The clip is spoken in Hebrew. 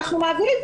אנחנו מעבירים.